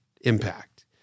impact